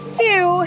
two